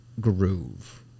groove